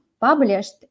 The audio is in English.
published